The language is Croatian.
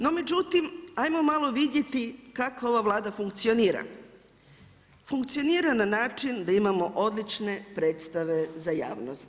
No, međutim, ajmo malo vidjeti kako ova Vlada funkcionira, funkcionira na način da imamo odlične predstave za javnost.